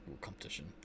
competition